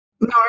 no